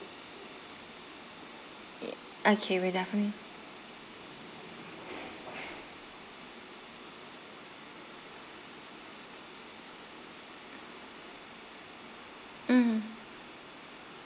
yes okay we'll definitely mm